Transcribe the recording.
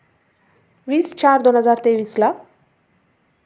वीस चार दोन हजार तेवीसला